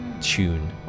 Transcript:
tune